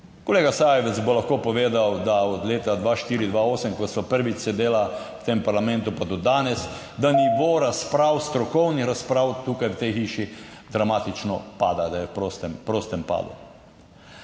Kolega Sajovic bo lahko povedal, da od leta 2004-2008, ko sva prvič sedela v tem parlamentu, pa do danes, da nivo razprav, strokovnih razprav tukaj v tej hiši dramatično pada, da je v prostem padu.